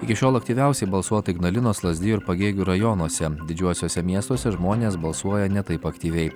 iki šiol aktyviausiai balsuota ignalinos lazdijų ir pagėgių rajonuose didžiuosiuose miestuose žmonės balsuoja ne taip aktyviai